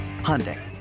Hyundai